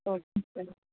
okay sir